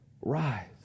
rise